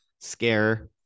scare